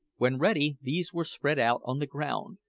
when ready these were spread out on the ground,